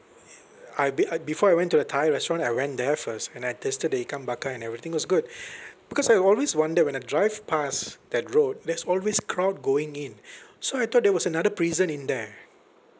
I'd be~ I'd before I went to the thai restaurant I went there first and I tasted the ikan bakar and everything it was good because I always wonder when I drive past that road there's always crowd going in so I thought there was another prison in there